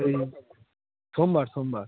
সোমবার সোমবার